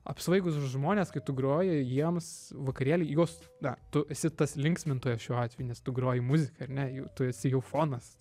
apsvaigusius žmonės kai tu groji jiems vakarėly juos na tu esi tas linksmintojas šiuo atveju nes tu groji muziką ar ne ju tu esi jų fonas